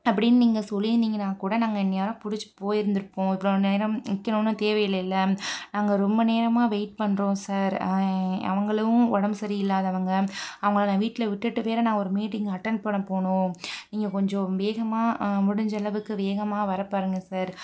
அப்படின்னு நீங்கள் சொல்லியிருந்தீங்கன்னால் கூட நாங்கள் இன்னேரம் பிடிச்சி போயிருந்திருப்போம் இவ்வளோ நேரம் நிக்கணுன்னு தேவையில்லைல நாங்கள் ரொம்ப நேரமாக வெயிட் பண்ணுறோம் சார் அவங்களும் உடம்பு சரி இல்லாதவங்க அவங்களை நான் வீட்டில் விட்டுவிட்டு வேறே நான் ஒரு மீட்டிங் அட்டென்ட் பண்ண போகணும் நீங்கள் கொஞ்சம் வேகமாக முடிஞ்ச அளவுக்கு வேகமாக வர பாருங்கள் சார்